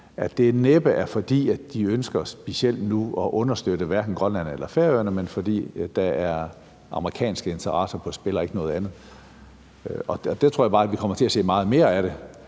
jo næppe er, fordi de nu specielt ønsker at understøtte hverken Grønland eller Færøerne, men fordi der er amerikanske interesser på spil og ikke noget andet, og det tror jeg bare vi kommer til at se meget mere af.